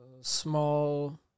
Small